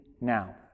now